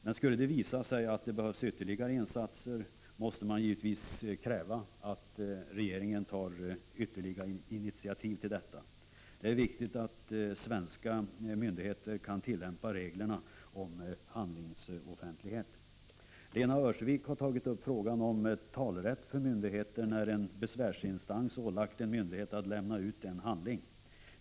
Men skulle det visa sig att det behövs fler insatser, får man givetvis kräva att regeringen tar ytterligare initiativ på detta område. Det är viktigt att svenska myndigheter kan tillämpa reglerna om handlingsoffentlighet. Lena Öhrsvik har tagit upp frågan om talerätt för myndigheter när en besvärsinstans ålagt en myndighet att lämna ut en handling.